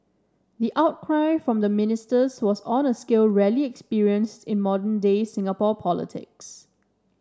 the outcry from the ministers was on a scale rarely experienced in modern day Singapore politics